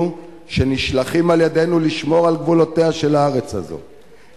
שנשלחים על-ידינו לשמור על גבולותיה של הארץ הזאת,